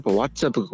WhatsApp